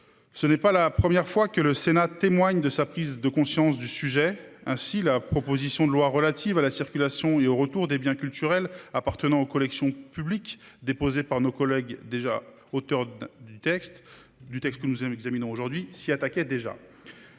Ce n'est pas la première fois que le Sénat témoigne de sa prise de conscience sur le sujet. Ainsi, la proposition de loi relative à la circulation et au retour des biens culturels appartenant aux collections publiques, déposée par nos collègues auteurs du texte que nous examinons aujourd'hui, visait déjà